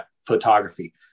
photography